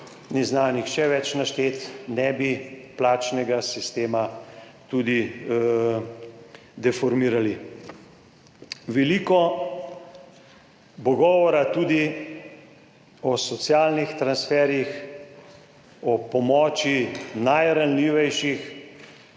ne zna nihče več našteti, ne bi plačnega sistema tudi deformirali. Veliko bo govora tudi o socialnih transferjih, o pomoči najranljivejšim